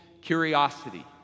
curiosity